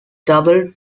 double